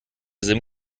sim